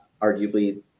arguably